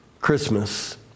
Christmas